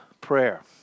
prayer